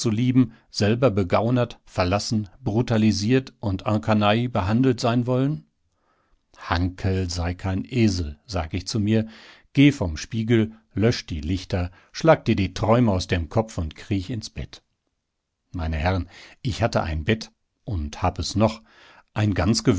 selber begaunert verlassen brutalisiert und en canaille behandelt sein wollen hanckel sei kein esel sagt ich zu mir geh vom spiegel lösch die lichter schlag dir die träume aus dem kopf und kriech ins bett meine herren ich hatte ein bett und hab es noch ein